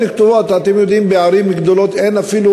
אין כתובות.